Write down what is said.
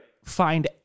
find